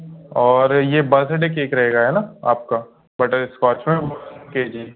और ये birthday cake रहेगा है ना आपका बटरस्कॉच हाँ के जी